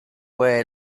way